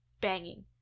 banging